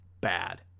bad